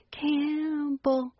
Campbell